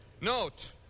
Note